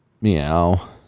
Meow